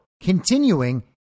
continuing